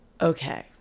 Okay